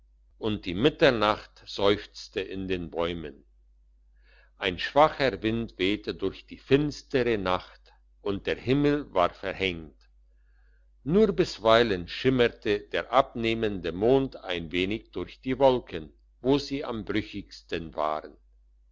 und die mitternacht seufzte in den bäumen ein schwacher wind wehte durch die finstere nacht und der himmel war verhängt nur bisweilen schimmerte der abnehmende mond ein wenig durch die wolken wo sie am brüchigsten waren